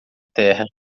terra